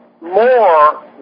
more